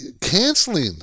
Canceling